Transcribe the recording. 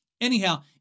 Anyhow